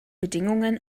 bedingungen